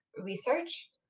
research